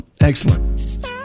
Excellent